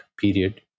period